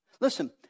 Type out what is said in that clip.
Listen